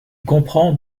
comprend